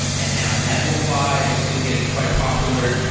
and now netlify is is getting quite popular.